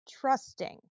trusting